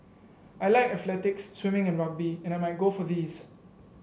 I like athletics swimming and rugby and I might go for these